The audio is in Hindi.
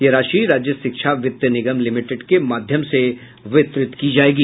यह राशि राज्य शिक्षा वित्त निगम लिमिटेड के माध्यम से वितरित की जायेगी